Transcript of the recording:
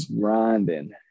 grinding